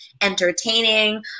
entertaining